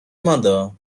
mother